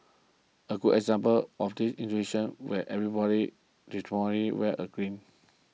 a good example of the institution where everybody wears a green